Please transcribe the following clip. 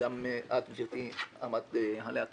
שגם את גברתי עמדת עליה כאן,